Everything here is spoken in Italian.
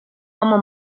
uomo